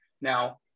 Now